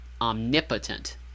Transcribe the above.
omnipotent